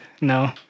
No